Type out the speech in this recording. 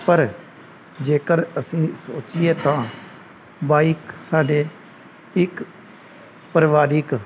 ਪਰ ਜੇਕਰ ਅਸੀਂ ਸੋਚੀਏ ਤਾਂ ਬਾਈਕ ਸਾਡੇ ਇੱਕ ਪਰਿਵਾਰਿਕ